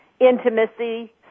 intimacy